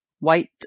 White